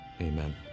Amen